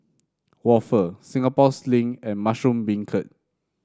waffle Singapore Sling and Mushroom Beancurd